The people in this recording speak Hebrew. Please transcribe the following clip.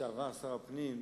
לשעבר שר הפנים,